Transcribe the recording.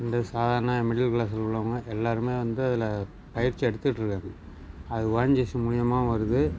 இந்த சாதாரண மிடில் க்ளாஸில் உள்ளவங்க எல்லோருமே வந்து அதில் பயிற்சி எடுத்துகிட்டு இருக்காங்க அது ஓஎன்ஜிசி மூலயமாவும் வருது